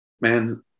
man